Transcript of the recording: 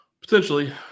Potentially